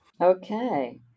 Okay